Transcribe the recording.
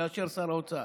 יאשר שר האוצר.